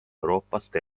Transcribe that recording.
euroopast